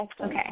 okay